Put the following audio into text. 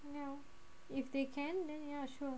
ya if they can then ya sure